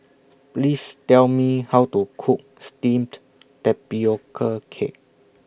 Please Tell Me How to Cook Steamed Tapioca Cake